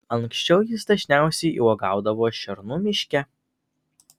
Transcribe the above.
anksčiau jis dažniausiai uogaudavo šernų miške